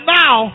now